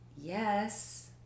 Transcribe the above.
yes